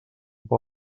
pot